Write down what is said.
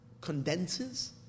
condenses